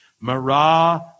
Marah